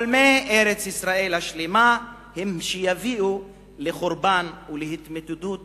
חולמי ארץ-ישראל השלמה הם שיביאו לחורבן ולהתמוטטות